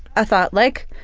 a thought like,